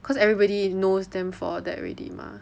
cause everybody knows them for that already mah